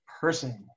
person